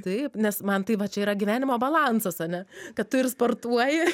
taip nes man tai va čia yra gyvenimo balansas ane kad tu ir sportuoji